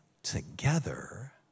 together